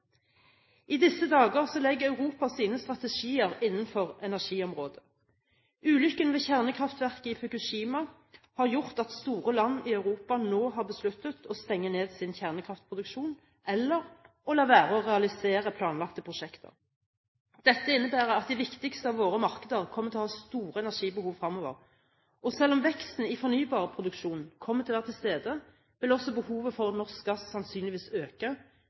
I disse dager legger Europa sine strategier innenfor energiområdet. Ulykken ved kjernekraftverket i Fukushima har gjort at store land i Europa nå har besluttet å stenge ned sin kjerneproduksjon eller å la være å realisere planlagte prosjekter. Dette innebærer at de viktigste av våre markeder kommer til å ha store energibehov framover. Og selv om veksten i fornybarproduksjonen kommer til å være til stede, vil også behovet for norsk gass sannsynligvis øke